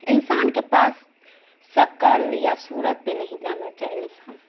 انسان کے پاس شکل یا صورت پہ نہیں جانا چاہے انسان